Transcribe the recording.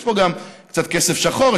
יש פה גם קצת כסף שחור,